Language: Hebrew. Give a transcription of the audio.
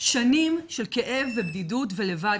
"שנים של כאב ובדיקות ולבד.